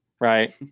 Right